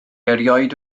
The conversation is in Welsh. erioed